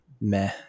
meh